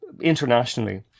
internationally